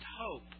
hope